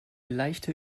leichte